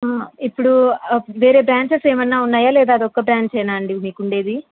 ఇప్పుడు వేరే బ్రాంచెస్ ఏమైనా ఉన్నాయా లేదా అది ఒక్క బ్రాంచేనా అండి మీకు ఉండేది